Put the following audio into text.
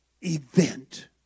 event